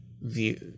view